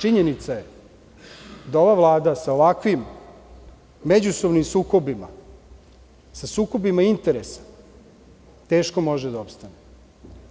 Činjenica je da ova Vlada sa ovakvim međusobnim sukobima, sa sukobima interesa, teško može da opstane,